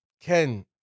Ken